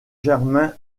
germain